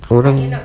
orang